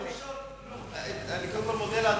קודם כול מודה לאדוני,